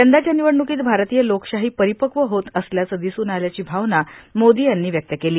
यंदाच्या निवडणुकीत भारतीय लोकशाही परिपक्व होत असल्याचं दिसून आल्याची भावना मोदी यांनी व्यक्त केली